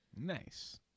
Nice